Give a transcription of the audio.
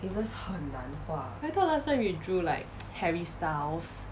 I thought last time you drew like harry styles